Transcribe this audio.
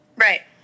Right